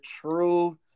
true